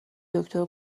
دکتر